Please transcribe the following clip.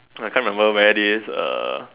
I can't remember where this uh